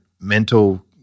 Mental